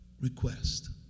request